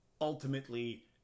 ultimately